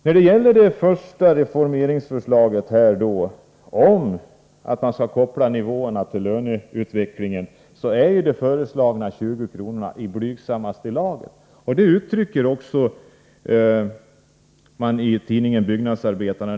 När det gäller det första reformeringsförslaget om att man skall koppla nivåerna till löneutvecklingen är de föreslagna 20 kronorna i blygsammaste laget. Det uttrycker man också i tidningen Byggnadsarbetaren.